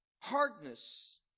hardness